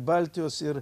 baltijos ir